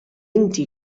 inti